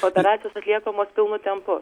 operacijos atliekamos pilnu tempu